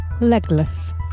legless